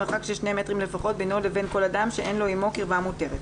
מרחק של שני מטרים לפחות בינו לבין כל אדם שאין לו עמו קרבה מותרת.